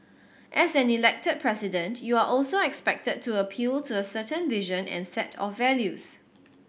as an Elected President you are also expected to appeal to a certain vision and set of values